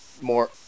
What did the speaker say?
more